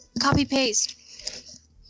Copy-paste